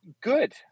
Good